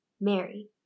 Mary